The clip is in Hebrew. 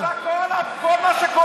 זה מה שאתם רוצים?